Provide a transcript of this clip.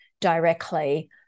directly